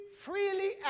freely